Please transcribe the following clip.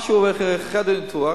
כשהוא הולך לחדר ניתוח,